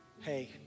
hey